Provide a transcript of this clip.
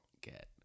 get